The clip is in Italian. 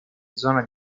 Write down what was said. zona